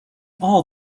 all